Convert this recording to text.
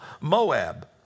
Moab